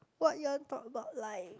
what you want to talk about life